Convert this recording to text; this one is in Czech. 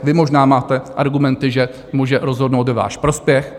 Vy možná máte argumenty, že může rozhodnout ve váš prospěch.